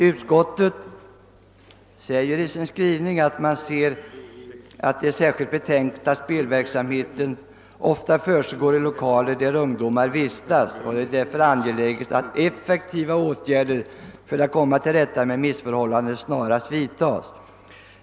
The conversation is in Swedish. Utskottet säger i sin skrivning att det är särskilt betänkligt att spelverksamheten ofta försiggår i lokaler där ungdom vistas och att det därför är angeläget att effektiva åtgärder för att komma till rätta med missförhållandena snarast vidtas.